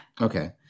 Okay